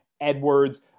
Edwards